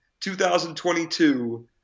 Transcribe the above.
2022